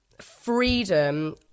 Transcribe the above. freedom